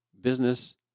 business